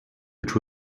which